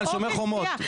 "שומר חומות".